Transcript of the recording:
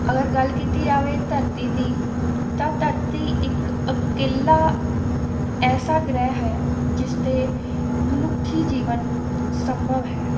ਅਗਰ ਗੱਲ ਕੀਤੀ ਜਾਵੇ ਧਰਤੀ ਦੀ ਤਾਂ ਧਰਤੀ ਇੱਕ ਇਕੱਲਾ ਐਸਾ ਗ੍ਰਹਿ ਹੈ ਜਿਸ 'ਤੇ ਮਨੁੱਖੀ ਜੀਵਨ ਸੰਭਵ ਹੈ